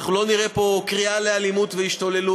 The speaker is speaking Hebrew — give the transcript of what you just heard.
אנחנו לא נראה פה קריאה לאלימות והשתוללות.